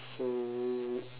so